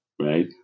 right